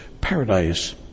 paradise